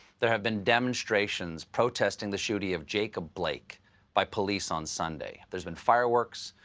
there have been demonstrations protesting the shooting of jacob blake by police on sunday. there's been fireworks.